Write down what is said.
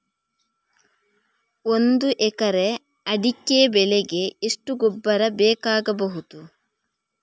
ಒಂದು ಎಕರೆ ಅಡಿಕೆ ಬೆಳೆಗೆ ಎಷ್ಟು ಗೊಬ್ಬರ ಬೇಕಾಗಬಹುದು?